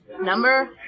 Number